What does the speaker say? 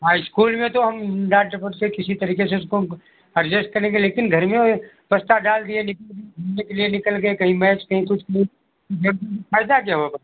हाँ स्कूल में तो हम डांट डपट से किसी तरीके से उसको अर्जेस्ट करेंगे लेकिन घर में ये बस्ता डाल दिए लेकिन ये घूमने के लिए निकल गए कहीं मैच कहीं कुछ फायदा क्या होगा